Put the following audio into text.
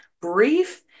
brief